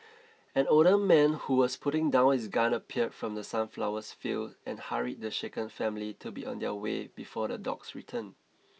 an older man who was putting down his gun appeared from the sunflowers fields and hurried the shaken family to be on their way before the dogs return